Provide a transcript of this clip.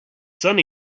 sunny